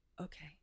okay